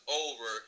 over